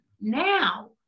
Now